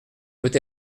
peut